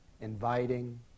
inviting